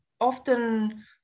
often